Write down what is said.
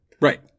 Right